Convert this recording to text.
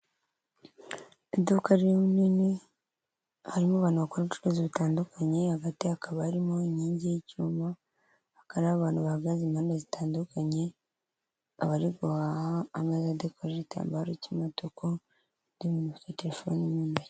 Iduka rinini harimo abantu bakora ubucuruzi bitandukanye, hagati hakaba arimo inkingi y'icyuma, hakaba hari abantu bahagaze impande zitandukanye, abari guhaha, ameza adakoje ho igitambaro cy'imutuku, undi muntu ufite telefoni.